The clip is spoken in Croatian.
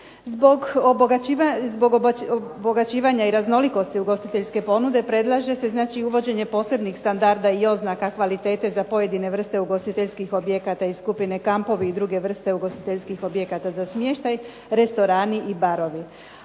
Zbog obogaćivanja i raznolikosti ugostiteljske ponude predlaže se znači uvođenje posebnih standarda i oznaka kvalitete za pojedine vrste ugostiteljskih objekata iz skupine kampovi i druge vrste ugostiteljskih objekata za smještaj, restorani i barovi,